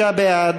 59 בעד,